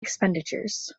expenditures